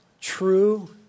true